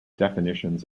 definitions